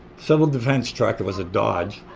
civil defense truck, it was a dodge,